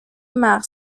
مغر